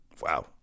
Wow